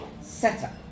setup